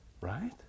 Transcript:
right